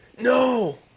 No